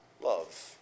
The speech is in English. love